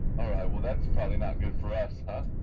all right. well, that's probably not good for us, huh?